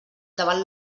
davant